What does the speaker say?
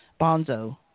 Bonzo